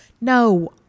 no